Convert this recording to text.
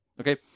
Okay